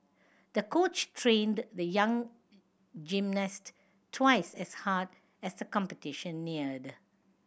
the coach trained the young gymnast twice as hard as the competition neared